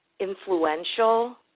influential